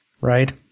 right